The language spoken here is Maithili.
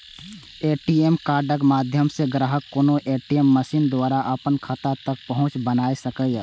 ए.टी.एम कार्डक माध्यम सं ग्राहक कोनो ए.टी.एम मशीन द्वारा अपन खाता तक पहुंच बना सकैए